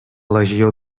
legió